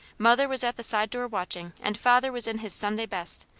mother was at the side door watching, and father was in his sunday best,